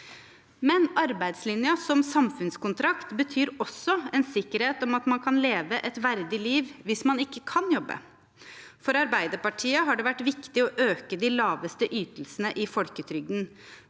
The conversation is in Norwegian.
Arbeidslinjen som samfunnskontrakt betyr også en sikkerhet om at man kan leve et verdig liv hvis man ikke kan jobbe. For Arbeiderpartiet har det vært viktig å øke de laveste ytelsene i folketrygden.